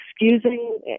excusing